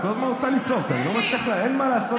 בכל מקרה, הינה, קטי, אבל את רואה, רציתי לספר